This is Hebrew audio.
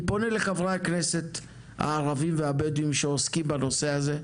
אני פונה לחברי הכנסת הערבים והבדואים שעוסקים בנושא הזה,